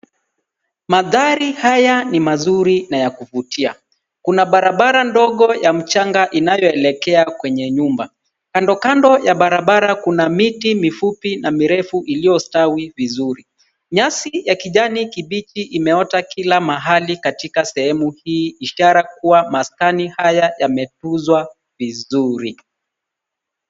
Mandhari haya ni mazuri na ya kuvutia. Kuna barabara ndogo ya mchanga inayoolekea kwenye nyumba. Kando kando ya barabara kuna miti mifupi na mirefu iliyostawi vizuri. Nyasi ya kijani kibichi imeota kila mahali katika sehemu hii ishara kuwa maskani haya yametunzwa vizuri.